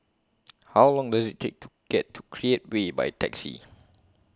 How Long Does IT Take to get to Create Way By Taxi